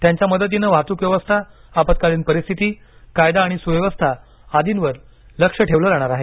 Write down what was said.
त्यांच्या मदतीनं वाहतूक व्यवस्था आपत्कालीन परिस्थिती कायदा आणि सुव्यवस्था आदींवर लक्ष ठेवलं जाणार आहे